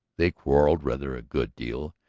they quarrelled rather a good deal,